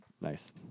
Nice